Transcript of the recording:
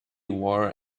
war